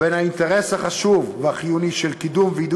בין האינטרס החשוב והחיוני של קידום ועידוד